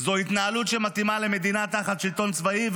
--- זו התנהלות שמתאימה למדינה תחת שלטון צבאי,